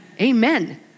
Amen